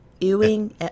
ewing